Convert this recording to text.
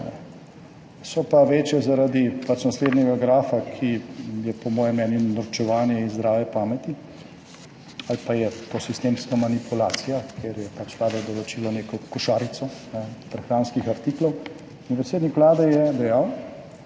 So pa večje zaradi naslednjega grafa, ki je po mojem mnenju norčevanje iz zdrave pameti ali pa je to sistemska manipulacija, ker je pač vlada določila neko košarico prehranskih artiklov in predsednik Vlade je dejal